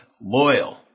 loyal